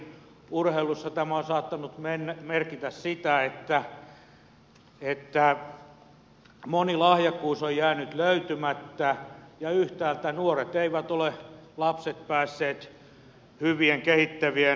urheilussa tämä on saattanut merkitä sitä että moni lahjakkuus on jäänyt löytymättä ja yhtäältä nuoret lapset eivät ole päässeet hyvien kehittävien harrastusten pariin